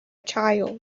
child